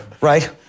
right